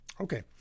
Okay